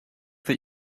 that